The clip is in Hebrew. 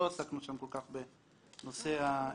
לא עסקנו שם כל כך בנושא ההסגר.